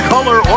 Color